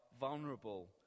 vulnerable